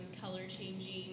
color-changing